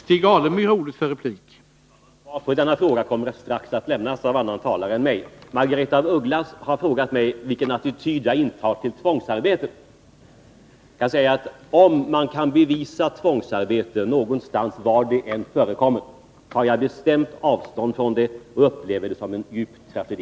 Herr talman! Svar på denna fråga kommer strax att lämnas av en annan talare. Margaretha af Ugglas frågade mig vilken attityd jag intar till tvångsarbete. Jag vill svara: Om man kan bevisa tvångsarbete någonstans, tar jag — var det än förekommer — bestämt avstånd från det och upplever det som en djup tragedi.